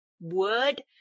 word